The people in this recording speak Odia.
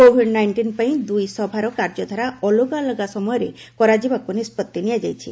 କୋଭିଡ ନାଇଷ୍ଟିନ୍ ପାଇଁ ଦୁଇସଭାର କାର୍ଯ୍ୟଧାରା ଅଲଗା ଅଲଗା ସମୟରେ କରାଯିବାକୁ ନିଷ୍ପଭି ନିଆଯାଇଛି